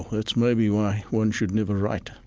that's maybe why one should never write.